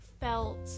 felt